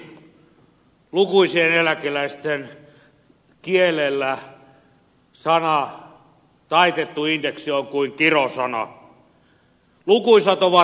perustellusti lukuisien eläkeläisten kielellä sanat taitettu indeksi ovat kuin kirosana